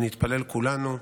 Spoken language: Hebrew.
ונתפלל כולנו: